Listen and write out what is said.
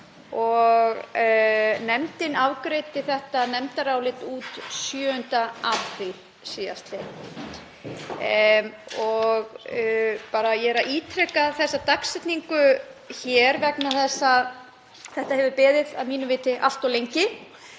Nefndin afgreiddi þetta nefndarálit út 7. apríl síðastliðinn. Ég er að ítreka þessa dagsetningu hér vegna þess að þetta hefur beðið að mínu viti allt of lengi